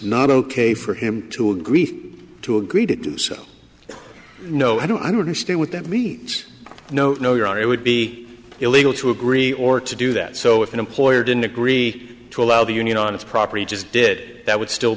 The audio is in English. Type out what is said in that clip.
not ok for him to agree to agree to do so no i don't understand what that leads no no your honor it would be illegal to agree or to do that so if an employer didn't agree to allow the union on its property just did that would still